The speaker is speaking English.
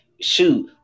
shoot